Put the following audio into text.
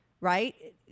right